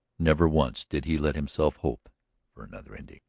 never once did he let himself hope for another ending.